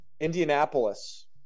Indianapolis